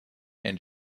and